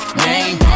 name